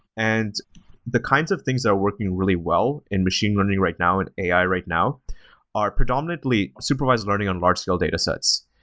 and the kinds of things that are working really well in machine learning right now and a i. right now are predominantly supervised learning on large scale datasets.